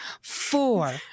four